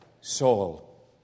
Saul